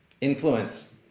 Influence